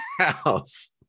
house